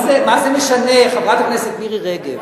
מה זה משנה, חברת הכנסת מירי רגב?